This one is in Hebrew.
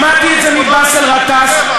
שמעתי את זה מבאסל גטאס,